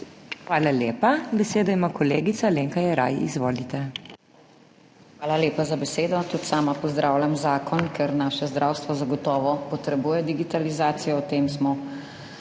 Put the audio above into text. Hvala lepa. Besedo ima kolegica Alenka Jeraj. Izvolite. ALENKA JERAJ (PS SDS): Hvala lepa za besedo. Tudi sama pozdravljam zakon, ker naše zdravstvo zagotovo potrebuje digitalizacijo. O tem smo